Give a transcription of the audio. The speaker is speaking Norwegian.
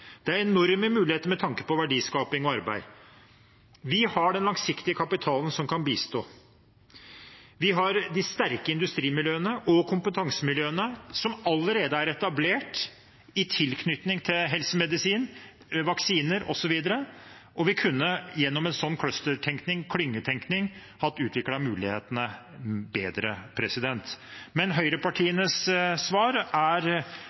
Det er enorme muligheter med tanke på verdiskaping og arbeid. Vi har den langsiktige kapitalen som kan bistå. Vi har de sterke industrimiljøene og kompetansemiljøene, som allerede er etablert i tilknytning til helse, medisin, vaksiner osv. Og vi kunne gjennom en slik cluster-tenkning, klyngetenkning, utviklet mulighetene bedre. Men høyrepartienes svar, så fort det blir næringspolitikk, er